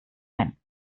ein